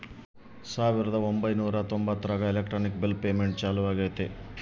ಸಾವಿರದ ಒಂಬೈನೂರ ತೊಂಬತ್ತರಾಗ ಎಲೆಕ್ಟ್ರಾನಿಕ್ ಬಿಲ್ ಪೇಮೆಂಟ್ ಚಾಲೂ ಆಗೈತೆ